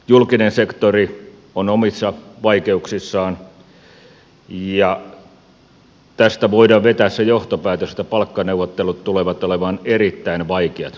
julkinen sektori on omissa vaikeuksissaan ja tästä voidaan vetää se johtopäätös että palkkaneuvottelut tulevat olemaan erittäin vaikeat